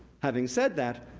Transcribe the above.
having said that,